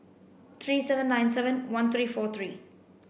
three seven nine seven one three four three